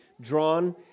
drawn